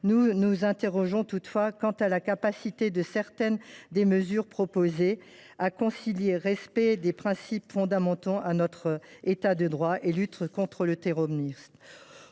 Nous nous interrogeons toutefois sur la capacité de certaines des mesures proposées à concilier respect des principes fondamentaux de notre État de droit et lutte contre le terrorisme.